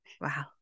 Wow